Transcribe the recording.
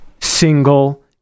single